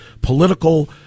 political